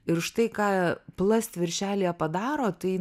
ir štai ką plast viršelyje padaro tai